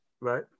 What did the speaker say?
Right